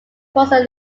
crosses